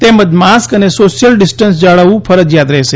તેમજ માસ્ક અને social distance જાળવવું ફરજિયાત રહેશે